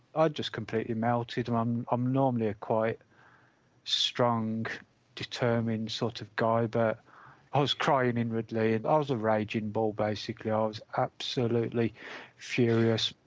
i just completely melted and i'm um normally a quite strong determined sort of guy but i was crying inwardly and i was a raging bull basically, i was absolutely furious,